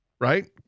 right